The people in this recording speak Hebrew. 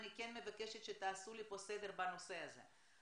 אני כן מבקשת שתעשו לי סדר בנושא הזה.